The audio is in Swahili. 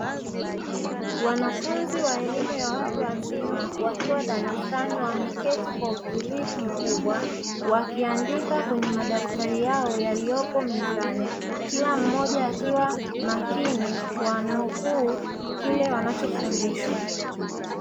Wanafunzi wa elimu ya watu wazima wakiwa darasani wameketi kwa utulivu mkubwa, wakiandika kwenye madaftari yao yaliyopo mezani, kila mmoja akiwa makini kuwanukuu kile wanachofundishwa.